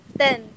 ten